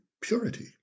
purity